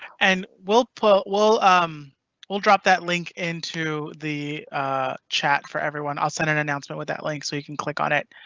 and we'll put we'll um we'll drop that link into the chat for everyone. i'll send an announcement with that link. so you can click on it.